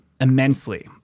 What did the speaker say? immensely